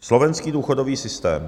Slovenský důchodový systém.